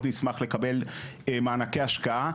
מאוד נשמח לקבל מענקי השקעה,